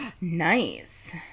Nice